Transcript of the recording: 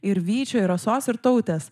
ir vyčio ir rasos ir tautės